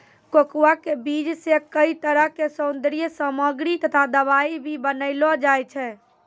cocoa के बीज सॅ कई तरह के सौन्दर्य सामग्री तथा दवाई भी बनैलो जाय छै